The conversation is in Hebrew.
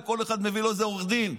כל אחד מביא לו עורך דין.